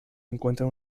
encuentran